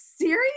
serious